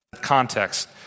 Context